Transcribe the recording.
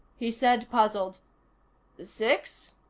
he said, puzzled six?